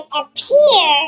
appear